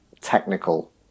technical